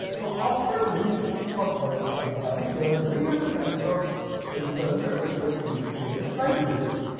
now after doing it for quite sometimes there are various kinds of researchers who have created various libraries.